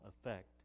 effect